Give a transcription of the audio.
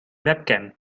webcam